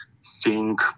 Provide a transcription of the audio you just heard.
sink